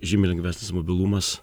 žymiai lengvesnis mobilumas